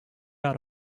out